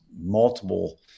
multiple